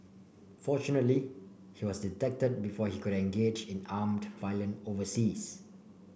fortunately he was detected before he could engage in armed violence overseas